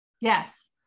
Yes